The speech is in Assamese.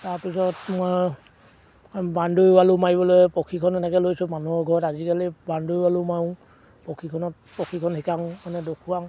তাৰপিছত মই বাওন্দেৰী ৱালো মাৰিবলৈ প্ৰশিক্ষণ এনেকৈ লৈছোঁ মানুহৰ ঘৰত আজিকালি বাওন্দেৰী ৱালো মাৰোঁ প্ৰশিক্ষণত প্ৰশিক্ষণ শিকাওঁ মানে দেখুৱাওঁ